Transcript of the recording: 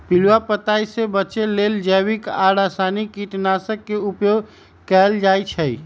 पिलुआ पताइ से बचे लेल जैविक आ रसायनिक कीटनाशक के उपयोग कएल जाइ छै